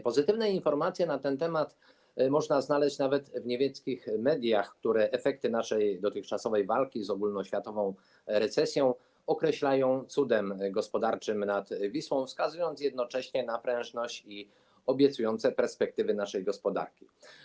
Pozytywne informacje na ten temat można znaleźć nawet w niemieckich mediach, które efekty naszej dotychczasowej walki z ogólnoświatową recesją określają mianem cudu gospodarczego nad Wisłą, wskazując jednocześnie na prężność i obiecujące perspektywy naszej gospodarki.